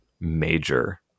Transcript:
Major